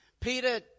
Peter